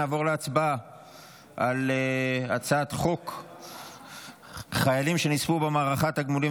אנחנו נעבור להצבעה על הצעת חוק חיילים שנספו במערכה (תגמולים